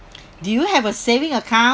do you have a saving accounts